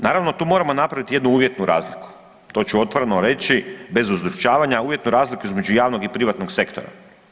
Naravno tu moramo napraviti jednu uvjetnu razliku, to ću otvoreno reći bez ustručavanja, uvjetnu razliku između javnog i privatnog sektora.